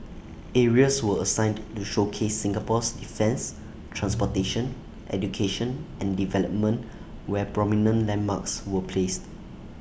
areas were assigned to showcase Singapore's defence transportation education and development where prominent landmarks were placed